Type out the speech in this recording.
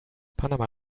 panama